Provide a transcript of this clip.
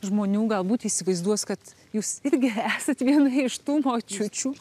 žmonių galbūt įsivaizduos kad jūs irgi esat viena iš tų močiučių